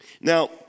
Now